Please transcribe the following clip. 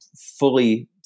fully